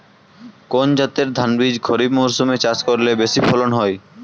কোন জাতের ধানবীজ খরিপ মরসুম এ চাষ করলে বেশি ফলন হয়?